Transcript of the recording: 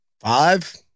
five